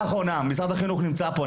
משרד החינוך נמצא פה.